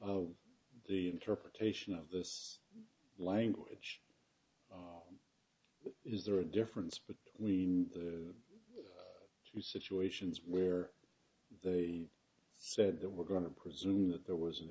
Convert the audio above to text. of the interpretation of this language is there a difference between the two situations where they said they were going to presume that there was an